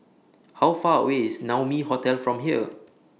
How Far away IS Naumi Hotel from here